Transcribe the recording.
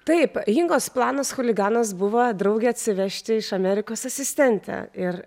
taip ingos planas chuliganas buvo draugę atsivežti iš amerikos asistentę ir